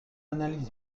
analyse